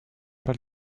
pas